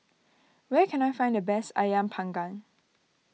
where can I find the best Ayam Panggang